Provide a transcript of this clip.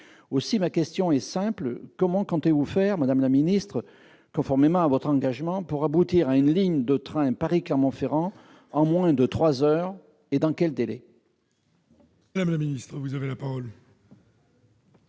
Aussi, ma question est simple : comment comptez-vous faire, madame la ministre, conformément à votre engagement, pour aboutir à une ligne de train Paris-Clermont-Ferrand en moins de trois heures, et dans quel délai ? La parole est à Mme la